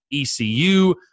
ECU